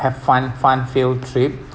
have fun fun field trip